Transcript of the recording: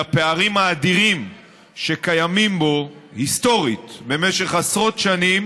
שופטים היא מגינה אלא על זכויות אזרחי מדינת ישראל,